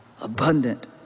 abundant